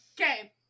Okay